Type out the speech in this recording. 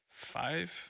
five